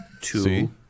two